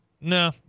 No